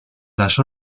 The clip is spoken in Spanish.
las